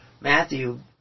Matthew